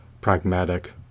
pragmatic